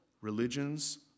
religions